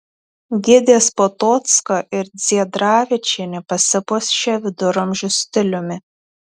gidės potocka ir dziedravičienė pasipuošė viduramžių stiliumi